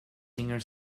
singer